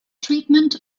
treatment